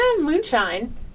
Moonshine